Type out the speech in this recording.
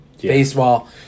baseball